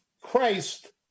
Christ